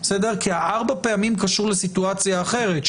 כי 4 הפעמים קשורים לסיטואציה אחרת,